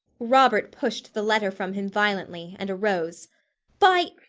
robert pushed the letter from him violently, and arose by!